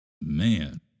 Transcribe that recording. man